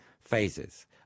phases